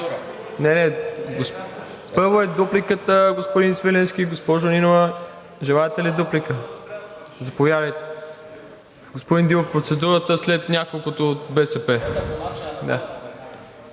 Не, не. Първо е дупликата, господин Свиленски. Госпожо Нинова, желаете ли дуплика? Заповядайте. Господин Дилов, процедурата ще е след няколкото от БСП.